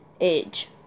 age